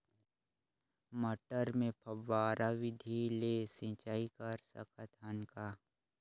मटर मे फव्वारा विधि ले सिंचाई कर सकत हन का?